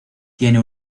tiene